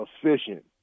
efficient